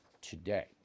today